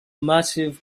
massive